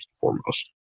foremost